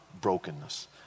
brokenness